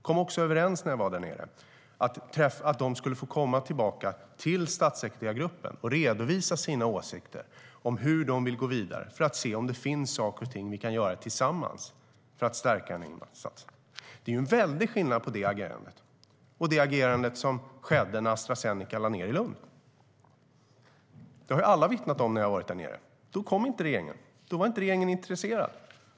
När jag var i Skåne kom jag överens med dem om att de skulle få komma tillbaka till statssekreterargruppen och redovisa sina åsikter om hur de vill gå vidare för att se om det finns saker och ting vi tillsammans kan göra för att stärka en satsning. Det är en väldig skillnad mellan det agerandet och det agerande som skedde när Astra Zeneca lade ned i Lund. Det har alla vittnat om när jag varit där nere. Då kom inte regeringen. Då var regeringen inte intresserad.